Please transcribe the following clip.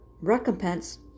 Recompense